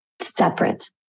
separate